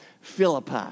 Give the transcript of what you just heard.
Philippi